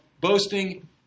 boasting